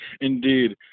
Indeed